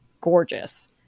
gorgeous